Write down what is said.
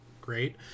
great